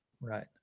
Right